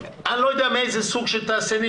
אני לא יודע מאיזה סוג של תעשיינים,